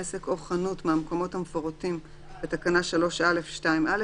עסק או חנות מהמקומות המפורטים בתקנה 3א(2)(א),